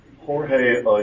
Jorge